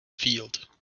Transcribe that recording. field